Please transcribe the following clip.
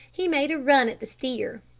he made a run at the steer.